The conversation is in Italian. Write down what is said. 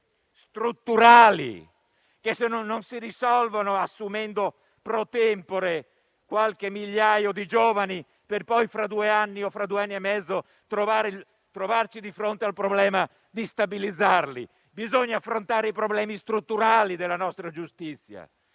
problemi strutturali, che non si risolvono assumendo *pro tempore* qualche migliaio di giovani per poi fra due anni o due anni e mezzo trovarci di fronte al problema di stabilizzarli. Bisogna affrontare i problemi strutturali della nostra giustizia,